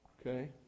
okay